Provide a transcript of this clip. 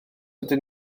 ydyn